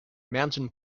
mountain